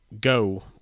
go